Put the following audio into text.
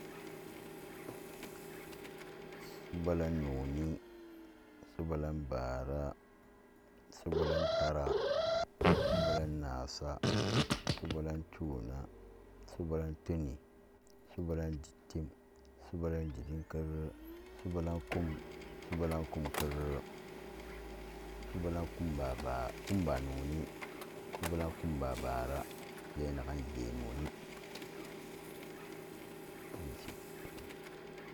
Subalang noni, subalang bara, subalang tara, subalang nasa, subalang tuna, subalang tunin, subalang dittim, subalang dittimkerere, subalang kum, subalang kumkerere, subalang kumba noni, subalang kumba bara, geen'nagen jee noni